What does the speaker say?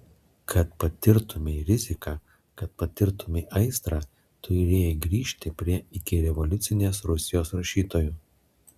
kad patirtumei riziką kad patirtumei aistrą turėjai grįžti prie ikirevoliucinės rusijos rašytojų